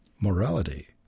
morality